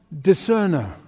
discerner